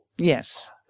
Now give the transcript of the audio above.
Yes